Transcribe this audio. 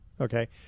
Okay